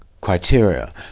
criteria